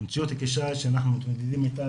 המציאות היא קשה ואנחנו מתמודדים איתה